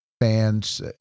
fans